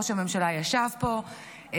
ראש הממשלה ישב פה,